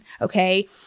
okay